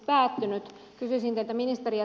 kysyisin teiltä ministeri